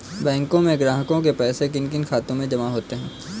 बैंकों में ग्राहकों के पैसे किन किन खातों में जमा होते हैं?